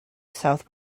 south